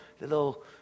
little